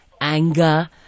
anger